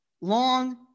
long